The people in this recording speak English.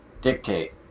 dictate